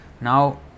Now